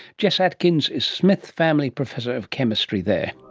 jess atkins is smits family professor of chemistry there